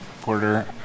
Porter